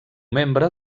membre